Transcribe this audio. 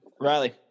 Riley